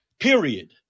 Period